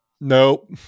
Nope